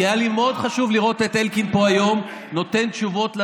כי היה לי חשוב מאוד לראות את אלקין פה היום נותן תשובות על